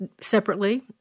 separately